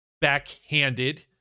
Backhanded